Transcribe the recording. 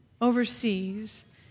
overseas